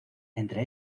entre